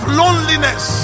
loneliness